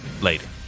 later